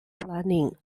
planing